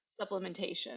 supplementation